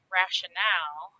rationale